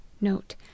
Note